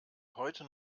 heute